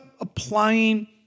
applying